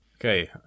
Okay